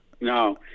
no